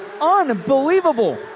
Unbelievable